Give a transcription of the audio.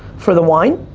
for the wine?